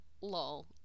lol